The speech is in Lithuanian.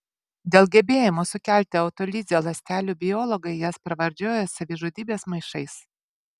dėl gebėjimo sukelti autolizę ląstelių biologai jas pravardžiuoja savižudybės maišais